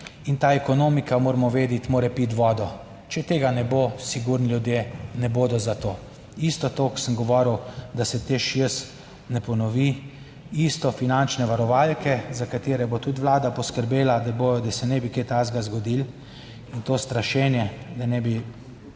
in ta ekonomika, moramo vedeti, mora piti vodo. Če tega ne bo, sigurno ljudje ne bodo za to. Isto, to, ko sem govoril, da se TEŠ 6 ne ponovi, isto finančne varovalke, za katere bo tudi Vlada poskrbela, da bodo, da se ne bi kaj takega zgodilo, in to strašenje, da ne bi,